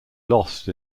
lost